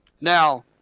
Now